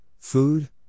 food